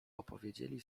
opowiedzieli